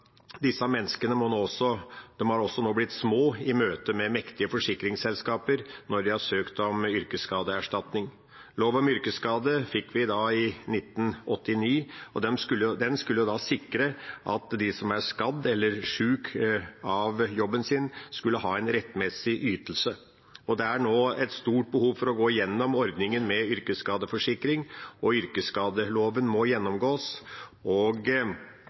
Disse menneskene har nå blitt små i møte med mektige forsikringsselskaper når de har søkt om yrkesskadeerstatning. Lov om yrkesskade fikk vi 1989, og den skulle sikre at de som ble skadet eller syke av jobben sin, skulle ha en rettmessig ytelse. Det er nå et stort behov for å gå gjennom ordningen med yrkesskadeforsikring, og yrkesskadeloven må gjennomgås.